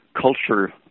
culture